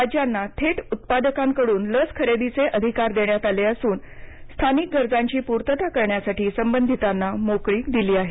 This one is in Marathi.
राज्यांना थेट उत्पादकांकडून लस खरेदीची अधिकार देण्यात आले असून स्थानिक गरजांची पूर्तता करण्यासाठी संबंधिताना मोकळीक दिली आहे